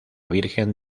virgen